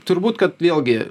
turbūt kad vėlgi